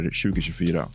2024